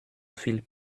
viel